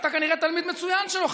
אתה כנראה תלמיד מצוין שלו.